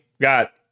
got